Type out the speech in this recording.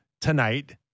tonight